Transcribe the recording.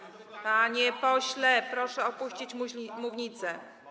Panie pośle, proszę opuścić mównicę.